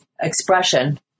expression